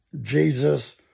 Jesus